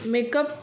म